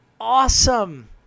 Awesome